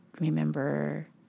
remember